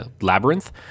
labyrinth